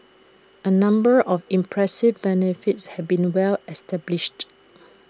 A number of impressive benefits have been well established